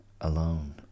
alone